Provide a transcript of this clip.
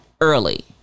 Early